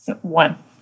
One